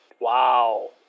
Wow